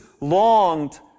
longed